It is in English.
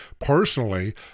Personally